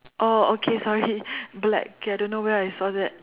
oh okay sorry black okay I don't know where I saw that